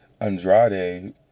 Andrade